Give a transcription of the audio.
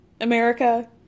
America